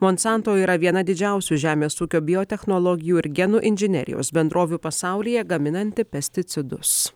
monsanto yra viena didžiausių žemės ūkio biotechnologijų ir genų inžinerijos bendrovių pasaulyje gaminanti pesticidus